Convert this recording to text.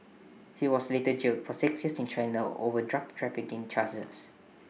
he was later jailed for six years in China over drug trafficking charges